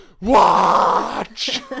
Watch